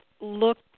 look